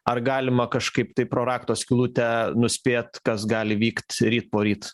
ar galima kažkaip tai pro rakto skylutę nuspėt kas gali vykt ryt poryt